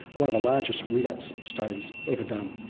one of the largest relapse studies ever done,